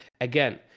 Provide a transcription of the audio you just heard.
again